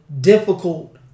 difficult